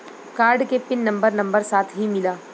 Card के pin number number साथही मिला?